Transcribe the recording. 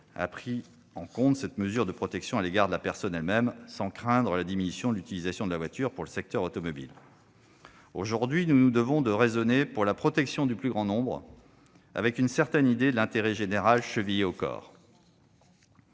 a pris en compte cette mesure de protection à l'égard de la personne elle-même, sans craindre la diminution de l'utilisation de la voiture pour le secteur automobile. Aujourd'hui, nous nous devons de raisonner pour la protection du plus grand nombre, avec une certaine idée de l'intérêt général chevillée au corps.